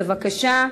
בבקשה.